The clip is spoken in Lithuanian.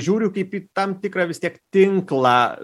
žiūriu kaip į tam tikrą vis tiek tinklą